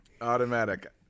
Automatic